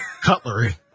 Cutlery